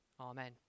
Amen